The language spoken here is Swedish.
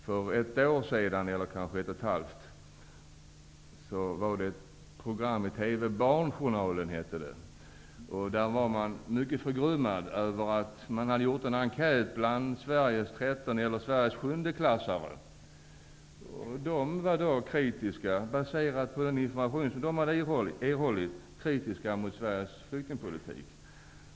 För ett och ett halvt år sedan var man i TV programmet Barnjournalen mycket förgrymmad över resultatet av en enkät bland Sveriges sjundeklassare. De var kritiska -- baserat på den information som de hade erhållit -- mot Sveriges flyktingpolitik.